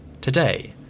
Today